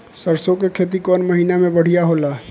सरसों के खेती कौन महीना में बढ़िया होला?